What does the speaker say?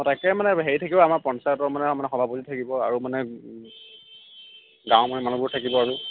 তাকে মানে হেৰি থাকিব আমাৰ পঞ্চায়তৰ মানে মানে সভাপতি থাকিব আৰু মানে গাঁৱৰ মানুহবোৰ থাকিব আৰু